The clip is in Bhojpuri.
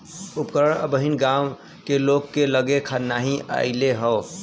उपकरण अबहिन गांव के लोग के लगे नाहि आईल हौ